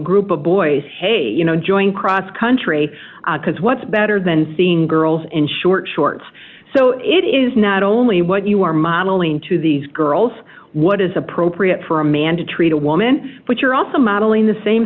group of boys hey you know join cross country because what's better than seeing girls in short shorts so it is not only what you are modeling to these girls what is appropriate for a man to treat a woman but you're also modeling the same